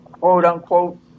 quote-unquote